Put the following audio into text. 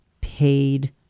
paid